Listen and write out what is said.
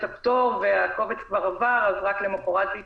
הפטור והקובץ כבר עבר רק למחרת זה יתעדכן.